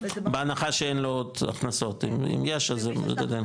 בהנחה שאין לו עוד הכנסות, אם יש אז זה גדל.